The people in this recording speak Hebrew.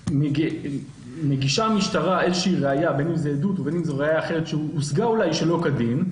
המשטרה מגישה נגדו ראיה שהושגה שלא כדין,